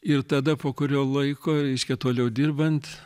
ir tada po kurio laiko reiškia toliau dirbant